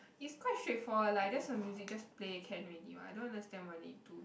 is quite straightforward like that some music just play can already mah I don't understand want it to